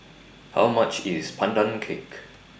How much IS Pandan Cake